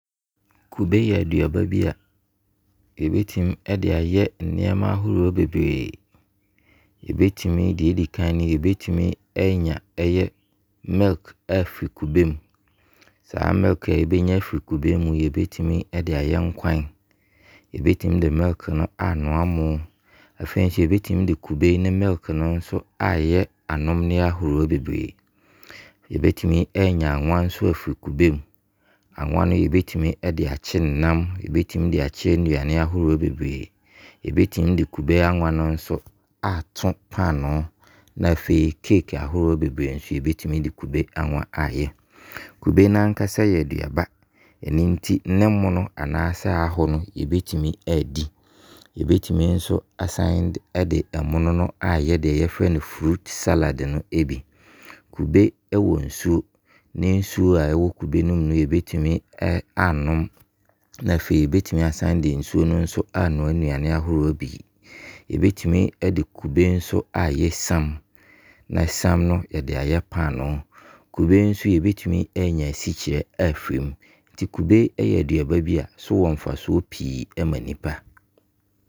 Kube yɛaduaba bi a yɛbɛtumi de ayɛ nneɛma ahoroɔ bebree. Yɛbɛtumi, deɛ ɛdi kan no, yɛbɛtumi anya milk afiri kube mu. Saa milk a yɛbɛnya afiri kube mu no yɛbɛtumi ɛde ayɛ nkwan. Yɛbɛtumi de milk no anoa mmo. Afei nso yɛbɛtumi de kube ne milk no nso, ayɛ anomneɛ ahoroɔ bebree. Yɛbɛtumi anya awan nso afiri kube. Awan no yɛbɛtumi de akye nnam. Yɛbɛtumi de akye nnuane ahoroɔ bebree. Yɛbɛtumi de kube awan no nso ato panoo na afei cake ahoroɔ bebree nso yɛbɛtumi de kube awan ayɛ. Kube no ankasa yɛaduaba a, ɛno nti ne mmono anaa sɛ aho no yɛbɛtumi adi. Yɛbɛtumi nso asane de ne mmono no ayɛ deɛ yɛfrɛ no fruit salad no bi. Kube wɔ nsuo. Ne nsuo a ɛwɔ kube mu no yɛbɛtumi anom. Na afei nso yɛbɛtumi asane de nsuo no anoa nnuane ahoroɔ bi. Yɛbɛtumi de kube no ayɛ sam. Na sam no yɛde ayɛ panoo. Kube nso yɛbɛtumi anya asikyire afiri mu. Nti kube yɛaduaba bi a so wɔ mfasoɔ pii ma nipa.